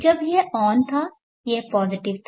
जब यह ऑन था यह पॉजिटिव था